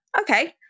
okay